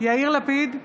יאיר לפיד,